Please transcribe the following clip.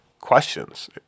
questions